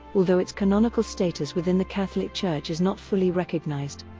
although its canonical status within the catholic church is not fully recognized.